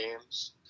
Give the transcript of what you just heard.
games